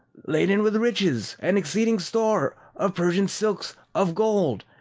laden with riches, and exceeding store of persian silks, of gold,